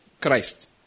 Christ